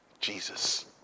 Jesus